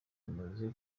amaze